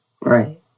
Right